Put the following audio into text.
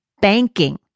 banking